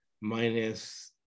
minus